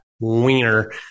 Wiener